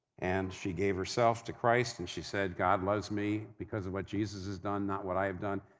and she gave herself to christ, and she said, god loves me because of what jesus has done, not what i have done.